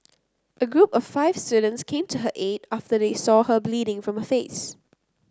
a group of five students came to her aid after they saw her bleeding from her face